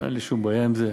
אין לי שום בעיה עם זה.